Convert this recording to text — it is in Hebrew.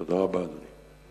תודה רבה, אדוני.